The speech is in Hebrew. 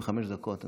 85 דקות נתנו.